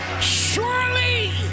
surely